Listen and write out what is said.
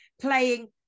playing